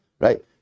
right